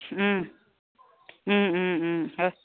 হয়